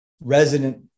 resident